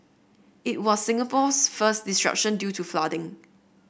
it was Singapore's first disruption due to flooding